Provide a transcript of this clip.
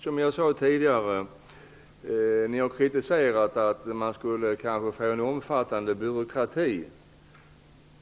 Som jag sade tidigare har ni varit kritiska emot att man kanske skulle få en omfattande byråkrati.